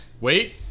Wait